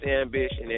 Ambition